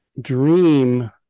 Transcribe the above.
dream